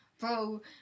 Bro